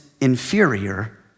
inferior